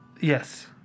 Yes